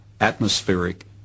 atmospheric